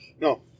No